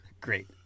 Great